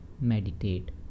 Meditate